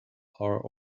are